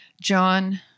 John